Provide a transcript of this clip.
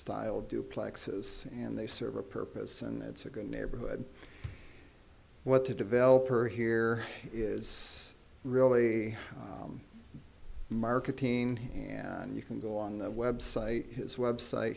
style duplexes and they serve a purpose and that's a good neighborhood what to develop her here is really marketing and you can go on the website his website